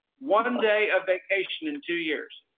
one um day of vacation in two years.